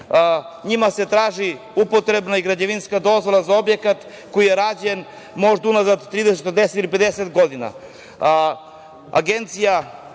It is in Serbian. njima se traži upotrebna i građevinska dozvola za objekat koji je rađen, možda unazad 30, 40 ili